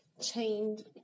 chained